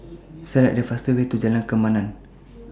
Select The fast Way to Jalan Kemaman